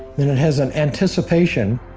then it has an anticipation,